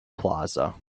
plaza